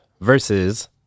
versus